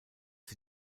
sie